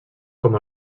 com